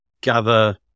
gather